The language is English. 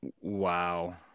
Wow